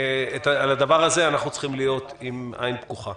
על הדבר הזה אנחנו צריכים להיות עם עין פקוחה.